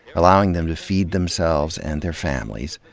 allowing them to feed themselves and their families.